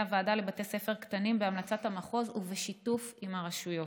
הוועדה לבתי ספר קטנים בהמלצת המחוז ובשיתוף עם הרשויות.